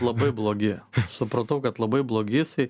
labai blogi supratau kad labai blogi jisai